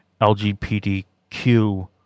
LGBTQ